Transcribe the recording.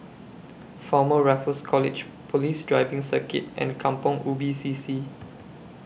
Former Raffles College Police Driving Circuit and Kampong Ubi C C